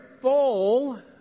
full